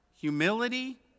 humility